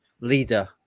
leader